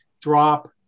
drop